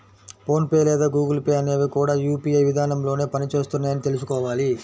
phone pay లేదా Google Pay అనేవి కూడా యూ.పీ.ఐ విధానంలోనే పని చేస్తున్నాయని తెల్సుకోవాలి